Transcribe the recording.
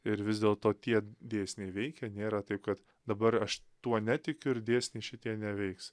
ir vis dėlto tie dėsniai veikia nėra taip kad dabar aš tuo netikiu ir dėsniai šitie neveiks